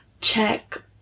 check